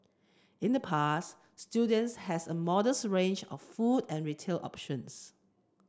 in the past students has a modest range of food and retail options